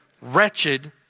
wretched